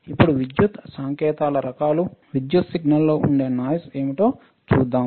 ఇప్పుడు విద్యుత్ సంకేతాల రకలు విద్యుత్ సిగ్నల్లో ఉండే నాయిస్ ఏమిటో చూద్దాం